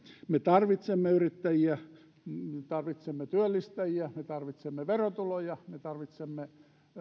me tarvitsemme yrittäjiä me tarvitsemme työllistäjiä me tarvitsemme verotuloja me tarvitsemme